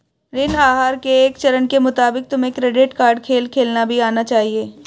ऋण आहार के एक चरण के मुताबिक तुम्हें क्रेडिट कार्ड खेल खेलना भी आना चाहिए